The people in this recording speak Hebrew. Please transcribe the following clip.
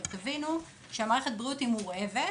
תבינו, מערכת הבריאות היא ״מורעבת״